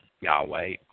Yahweh